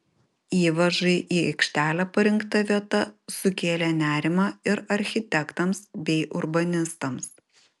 įvažai į aikštelę parinkta vieta sukėlė nerimą ir architektams bei urbanistams